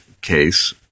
case